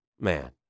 Man